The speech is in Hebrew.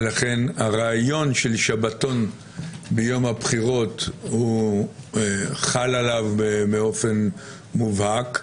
ולכן הרעיון של שבתון ביום הבחירות חל עליו באופן מובהק,